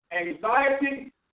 anxiety